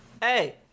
Hey